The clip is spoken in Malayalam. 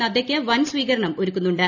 നദ്ദയ്ക്ക് വൻ സ്വീകരണം ഒരുക്കുന്നുണ്ട്